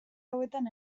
hauetan